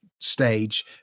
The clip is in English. stage